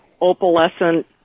opalescent